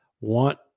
want